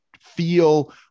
feel